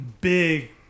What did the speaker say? big